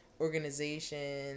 organization